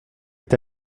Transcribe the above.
est